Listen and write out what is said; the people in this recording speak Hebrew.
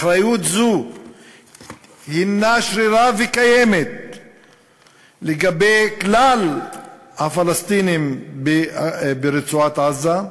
אחריות זו שרירה וקיימת לגבי כלל הפלסטינים ברצועת-עזה,